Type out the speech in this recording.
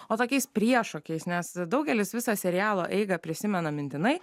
o tokiais priešokiais nes daugelis visą serialo eigą prisimena mintinai